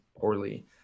poorly